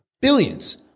billions